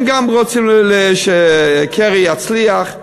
הם גם רוצים שקרי יצליח.